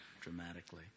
dramatically